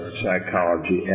psychology